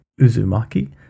Uzumaki